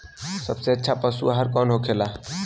सबसे अच्छा पशु आहार कौन होखेला?